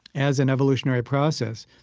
as in evolutionary process,